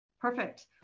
perfect